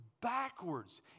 backwards